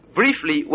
briefly